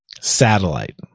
satellite